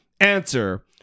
answer